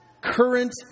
current